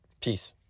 peace